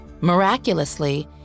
Miraculously